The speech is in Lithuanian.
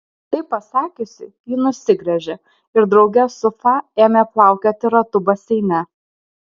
tai pasakiusi ji nusigręžė ir drauge su fa ėmė plaukioti ratu baseine